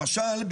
למשל,